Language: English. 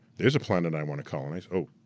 there's a planet i wanna colonize, oh,